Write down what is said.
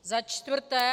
Za čtvrté.